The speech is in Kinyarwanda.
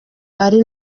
ari